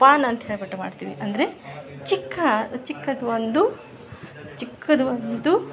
ಪಾಲ್ ಅಂತೇಳ್ಬಿಟ್ಟು ಮಾಡ್ತೀವಿ ಅಂದರೆ ಚಿಕ್ಕ ಚಿಕ್ಕದೊಂದು ಚಿಕ್ಕದ ಒಂದು